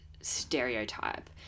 stereotype